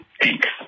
thanks